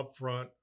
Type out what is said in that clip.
upfront